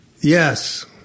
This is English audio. Yes